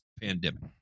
pandemic